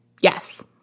Yes